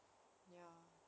ya